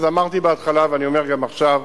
אני אומר בהתחלה ואני אומר גם עכשיו,